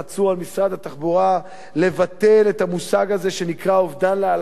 על משרד התחבורה לבטל את המושג הזה שנקרא אובדן להלכה